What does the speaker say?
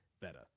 better